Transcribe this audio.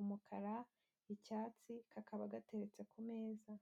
umukara, icyatsi, kakaba gateretse ku meza.